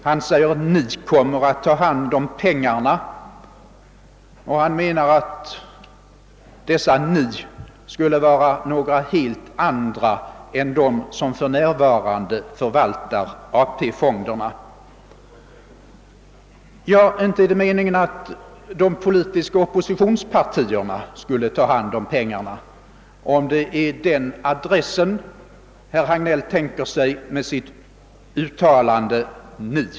Han säger »ni» kommer att ta hand om pengarna och menar att »ni» skulle vara några helt andra än de som för närvarande förvaltar AP-fonderna. Ja, inte är det meningen att de politiska oppositionspartierna skulle ta hand om pengarna, om det är den adressen herr Hagnell tänker sig med sitt »ni».